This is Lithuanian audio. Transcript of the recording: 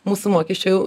mūsų mokesčių